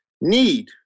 need